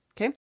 okay